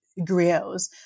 griots